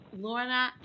Lorna